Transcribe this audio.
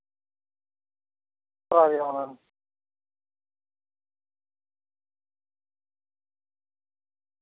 ᱦᱳᱭ ᱦᱮᱸ